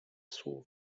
słów